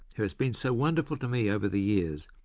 who has been so wonderful to me over the years,